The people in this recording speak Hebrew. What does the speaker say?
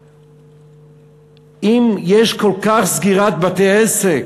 אם יש סגירה של בתי-עסק,